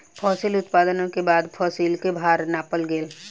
फसिल उत्पादनक बाद फसिलक भार नापल गेल